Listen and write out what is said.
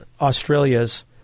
Australia's